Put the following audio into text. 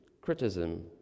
criticism